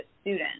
student